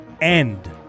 end